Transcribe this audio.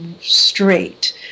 straight